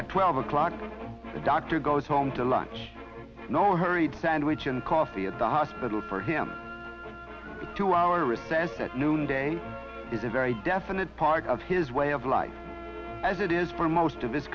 at twelve o'clock the doctor goes home to lunch no hurried sandwich and coffee at the hospital for him to our recess at noonday is a very definite part of his way of life as it is for most of this